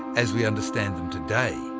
as we understand them today.